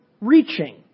reaching